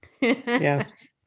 Yes